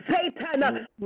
Satan